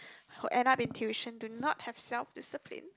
who end up in tuition do not have self discipline